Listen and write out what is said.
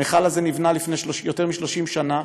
המכל הזה נבנה לפני יותר מ-30 שנה.